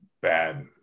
bad